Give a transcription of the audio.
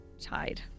tied